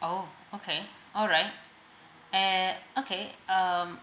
oh okay alright and okay um